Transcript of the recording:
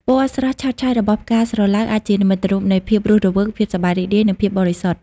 ពណ៌ស្រស់ឆើតឆាយរបស់ផ្កាស្រឡៅ អាចជានិមិត្តរូបនៃ ភាពរស់រវើក ភាពសប្បាយរីករាយ និងភាពបរិសុទ្ធ។